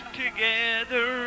together